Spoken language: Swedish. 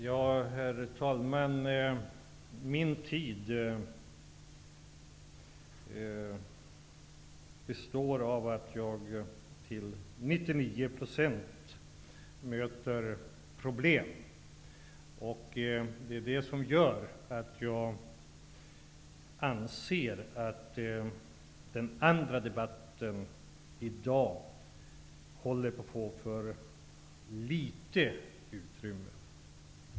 Herr talman! Min tid upptas till 99 % av att jag möter problem. Detta gör att den andra debatten i dag får för litet utrymme.